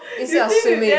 is it your swimming